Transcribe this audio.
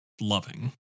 loving